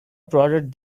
prodded